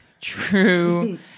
True